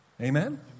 Amen